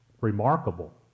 remarkable